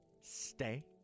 Stay